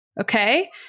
Okay